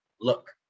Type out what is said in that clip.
look